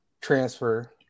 transfer –